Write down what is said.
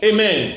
Amen